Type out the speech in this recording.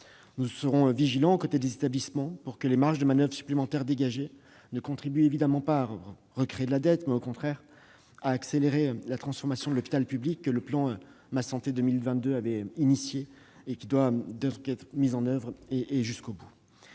Nous serons vigilants, aux côtés des établissements, pour que les marges de manoeuvre supplémentaires dégagées contribuent non pas à recréer de la dette, mais bien à accélérer la transformation de l'hôpital public que le plan Ma santé 2022 avait engagée et qui doit être mise en oeuvre jusqu'à son